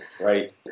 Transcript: Right